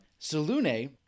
Salune